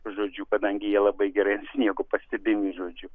žodžiu kadangi jie labai gerai ant sniego pastebimi žodžiu